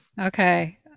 Okay